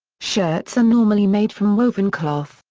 shirts are normally made from woven cloth,